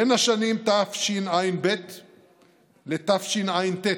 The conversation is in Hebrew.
בין השנים תשע"ב ותשע"ט,